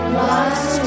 lost